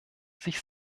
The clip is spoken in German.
sich